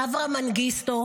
אברה מנגיסטו.